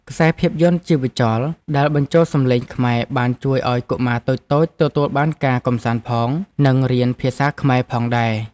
ខ្សែភាពយន្តជីវចលដែលបញ្ចូលសំឡេងខ្មែរបានជួយឱ្យកុមារតូចៗទទួលបានការកម្សាន្តផង និងរៀនភាសាខ្មែរផងដែរ។